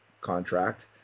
contract